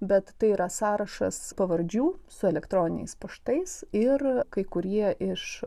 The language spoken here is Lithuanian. bet tai yra sąrašas pavardžių su elektroniniais paštais ir kai kurie iš